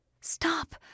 Stop